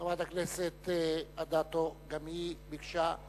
חברת הכנסת רחל אדטו גם היא ביקשה,